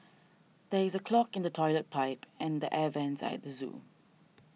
there is a clog in the Toilet Pipe and the Air Vents at the zoo